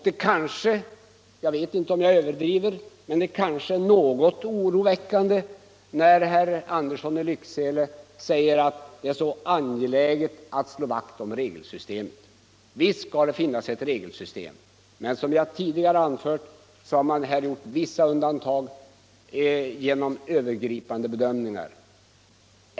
Det kanske — jag vet inte om jag överdriver — är något oroväckande när herr Andersson i Lycksele säger att det är så angeläget att slå vakt om regelsystemet. Visst skall det finnas ett regelsystem, men som jag tidigare anfört har man gjort vissa undantag genom övergripande bedömningar.